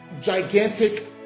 gigantic